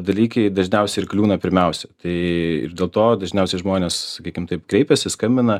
dalykai dažniausiai ir kliūna pirmiausiai tai ir dėl to dažniausiai žmonės sakykim taip kreipiasi skambina